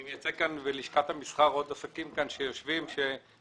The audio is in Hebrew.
אני מייצג כאן יחד עם עוד עסקים שיושבים כאן